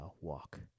walk